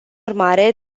urmare